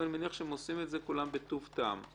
ואני מניח שהם עושים את זה כולם בטוב טעם.